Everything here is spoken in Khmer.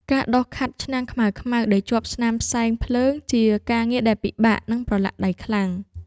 ការដុសខាត់ឆ្នាំងខ្មៅៗដែលជាប់ស្នាមផ្សែងភ្លើង ជាការងារដែលពិបាក និងប្រឡាក់ដៃខ្លាំង។